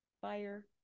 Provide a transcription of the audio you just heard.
fire